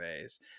phase